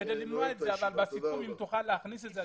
אם בסיכום תוכל להכניס את זה.